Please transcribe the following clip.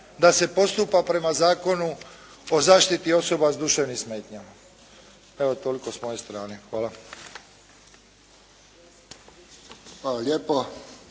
da se postupa prema Zakonu o zaštiti osoba s duševnim smetnjama. Evo toliko s moje strane. Hvala. **Friščić,